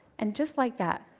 and just like that,